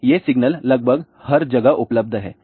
तो ये सिग्नल लगभग हर जगह उपलब्ध हैं